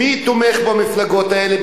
מי תומך במפלגות האלה?